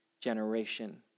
generation